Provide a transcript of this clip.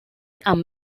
i’m